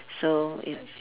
so if